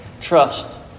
trust